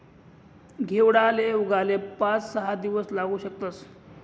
घेवडाले उगाले पाच सहा दिवस लागू शकतस